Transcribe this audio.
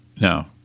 No